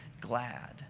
glad